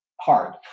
hard